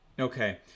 Okay